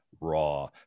raw